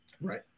Right